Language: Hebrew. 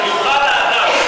כן נכון.